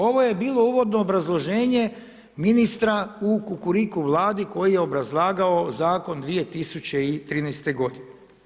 Ovo je bilo uvodno obrazloženje ministra u kukuriku Vladi koji je obrazlagao zakon 2013. godine.